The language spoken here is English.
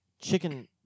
chicken